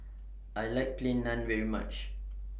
I like Plain Naan very much